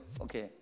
Okay